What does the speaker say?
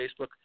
Facebook